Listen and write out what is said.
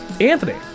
Anthony